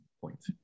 point